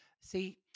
See